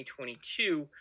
2022